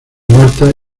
martha